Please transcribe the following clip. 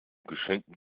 geschenkten